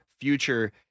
future